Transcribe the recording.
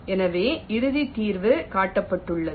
எனவே இறுதி தீர்வு காட்டப்பட்டுள்ளது